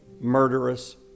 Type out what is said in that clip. murderous